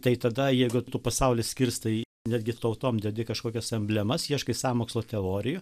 tai tada jeigu tu pasaulį skirstai netgi tautom dedi kažkokias emblemas ieškai sąmokslo teorijų